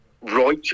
right